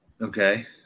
Okay